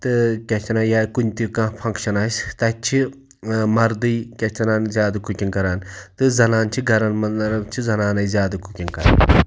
تہٕ کیاہ چھِ اَتھ وَنان یا کُنہِ تہِ کانٛہہ فَنٛکشَن آسہِ تَتہِ چھِ ٲں مَردٕے کیاہ چھِ اَتھ وَنان زیادٕ کُکِنٛگ کَران تہٕ زَنان چھِ گَھرَن منٛز چھِ زَنانٕے زیادٕ کُکِنٛگ کَران